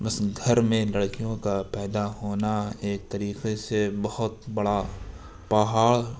بس گھر میں لڑکیوں کا پیدا ہونا ایک طریقے سے بہت بڑا پہاڑ